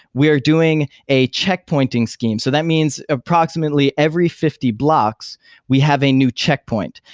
we are doing a check pointing scheme. so that means approximately every fifty blocks we have a new checkpoint,